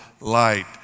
light